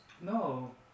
No